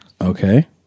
Okay